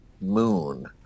Moon